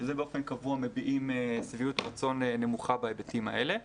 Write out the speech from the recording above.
שבאופן קבוע מביעים שביעות רצון נמוכה בהיבטים האלה.